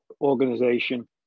organization